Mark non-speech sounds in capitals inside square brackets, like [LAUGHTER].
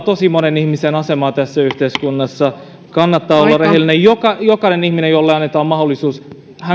[UNINTELLIGIBLE] tosi monen ihmisen asemaa tässä yhteiskunnassa kannattaa olla rehellinen jokainen ihminen jolle annetaan mahdollisuus